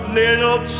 little